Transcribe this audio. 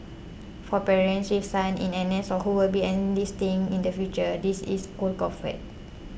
for parents she sons in N S or who will be enlisting in the future this is cold comfort